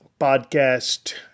podcast